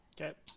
Okay